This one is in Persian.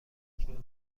اکنون